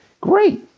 great